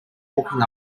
walking